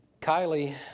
Kylie